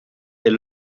est